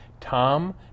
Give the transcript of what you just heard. Tom